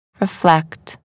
reflect